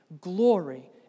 Glory